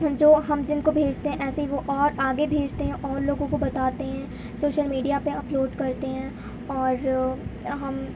جو ہم جن کو بھیجتے ہیں ایسے ہی وہ اور آگے بھیجتے ہیں اور لوگوں کو بتاتے ہیں سوشل میڈیا پہ اپلوڈ کرتے ہیں اور ہم